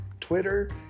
Twitter